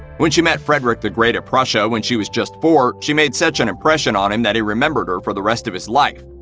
when she met frederick the great of prussia when she was just four, she made such an impression on him that he remembered her for the rest of his life.